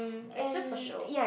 it's just for show